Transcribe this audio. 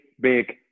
big